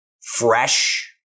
fresh